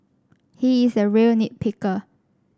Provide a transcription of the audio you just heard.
he is a real nit picker